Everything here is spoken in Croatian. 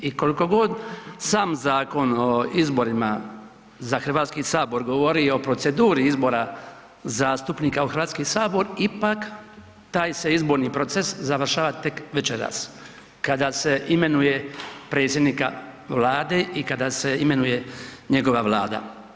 I koliko god sam Zakon o izborima za Hrvatski sabor govori i o proceduri izbora zastupnika u Hrvatski sabor ipak taj se izborni proces završava tek večeras kada se imenuje predsjednika Vlade i kada se imenuje njegova Vlada.